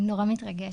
אני נורא מתרגשת.